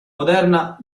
moderna